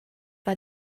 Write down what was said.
war